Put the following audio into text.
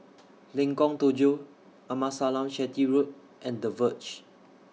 Lengkong Tujuh Amasalam Chetty Road and The Verge